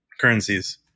currencies